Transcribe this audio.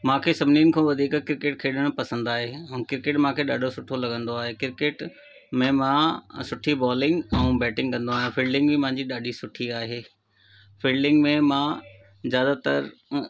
मूंखे सभिनीनि खां वधीक क्रिकेट खेॾणु पसंदि आहे ऐं क्रिकेट मूंखे ॾाढो सुठो लॻंदो आहे क्रिकेट में मां सुठी बॉलिंग ऐं बेटिंग कंदो आहियां फिल्डिंग बि मुंहिंजी ॾाढी सुठी आहे फिल्डिंग में मां ज्यादातर अ